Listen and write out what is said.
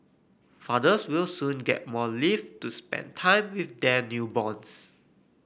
fathers will soon get more leave to spend time with their newborns